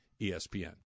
ESPN